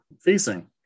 facing